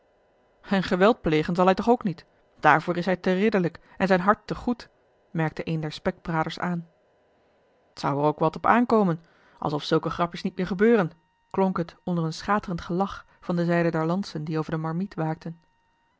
en geweld plegen zal hij toch ook niet daarvoor is hij te ridderlijk en zijn hart te goed merkte een der spekbraders aan t zou er ook wat op aan komen alsof zulke grapjes niet meer gebeuren klonk het onder een schaterend gelach van de zijde der lantzen die over de marmiet waakten